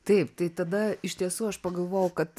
taip tai tada iš tiesų aš pagalvojau kad